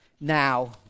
now